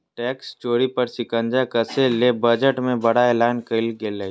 tax चोरी पर शिकंजा कसय ले बजट में बड़ा एलान कइल गेलय